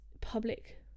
public